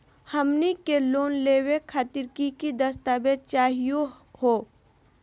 हमनी के लोन लेवे खातीर की की दस्तावेज चाहीयो हो?